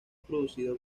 producido